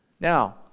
Now